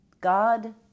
God